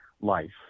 life